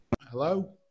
Hello